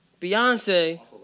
Beyonce